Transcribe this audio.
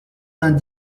vingt